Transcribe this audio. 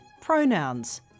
pronouns